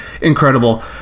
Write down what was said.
incredible